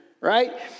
right